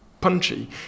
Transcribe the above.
punchy